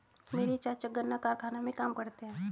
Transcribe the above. मेरे चाचा गन्ना कारखाने में काम करते हैं